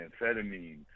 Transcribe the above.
amphetamines